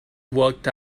walked